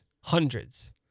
Hundreds